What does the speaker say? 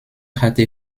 hatte